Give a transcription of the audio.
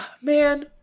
man